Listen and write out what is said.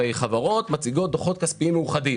הרי חברות מציגות דוחות כספיים מאוחדים